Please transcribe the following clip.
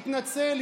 התנצל,